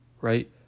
right